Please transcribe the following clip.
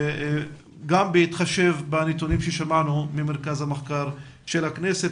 זאת גם בהתחשב בנתונים ששמענו ממרכז המחקר של הכנסת